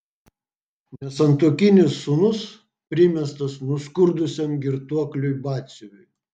nesantuokinis sūnus primestas nuskurdusiam girtuokliui batsiuviui